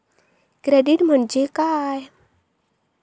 Credit म्हणजे काय?